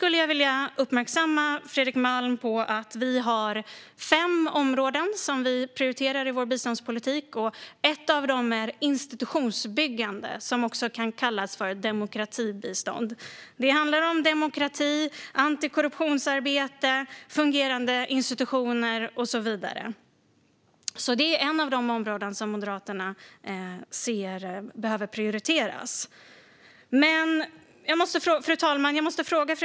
Låt mig uppmärksamma Fredrik Malm på att Moderaterna prioriterar fem områden i sin biståndspolitik, och ett av dem är institutionsbyggande, som också kan kallas demokratibistånd. Det handlar om demokrati, antikorruptionsarbete, fungerande institutioner och så vidare. Fru talman!